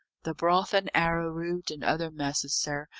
the broth and arrowroot, and other messes, sir,